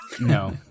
No